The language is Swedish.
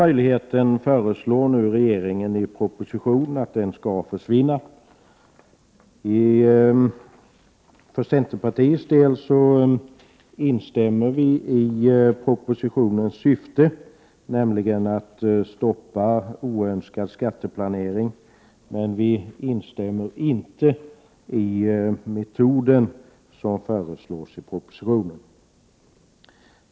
Regeringen föreslår i proposition att denna möjlighet skall försvinna. För centerpartiets del instämmer vi i propositionens syfte, nämligen att stoppa oönskad skatteplanering, men vi instämmer inte när det gäller den metod som föreslås i propositionen.